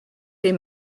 tes